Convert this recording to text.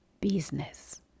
business